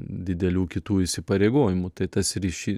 didelių kitų įsipareigojimų tai tas ryšy